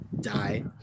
die